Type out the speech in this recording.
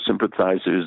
sympathizers